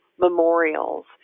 memorials